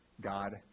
God